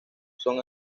son